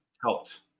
helped